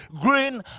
green